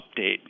update